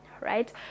right